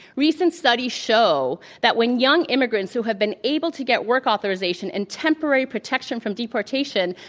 recent studies show that when young immigrants who have been able to get work authorization and temporary protection from deportation